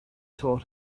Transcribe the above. taught